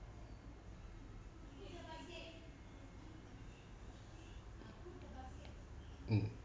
mm